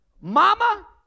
mama